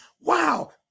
Wow